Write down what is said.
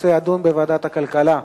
הנושא יידון בוועדת הכלכלה.